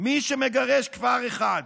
"מי שמגרש כפר אחד,